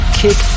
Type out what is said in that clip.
kick